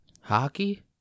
Hockey